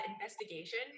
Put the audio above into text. investigation